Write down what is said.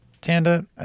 tanda